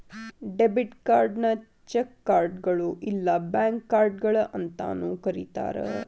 debit ಕಾರ್ಡ್ನ check ಕಾರ್ಡ್ಗಳು ಇಲ್ಲಾ ಬ್ಯಾಂಕ್ ಕಾರ್ಡ್ಗಳ ಅಂತಾನೂ ಕರಿತಾರ